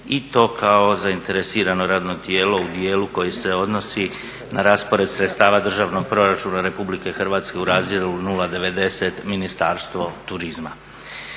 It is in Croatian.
i to kao zainteresirano radno tijelo u dijelu koji se odnosi na raspored sredstava Državnog proračuna RH u razdjelu 0,90 Ministarstvo turizma.